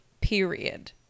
period